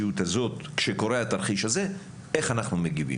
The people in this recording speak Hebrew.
כשקורה התרחיש הזה איך אנחנו מגיבים